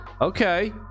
Okay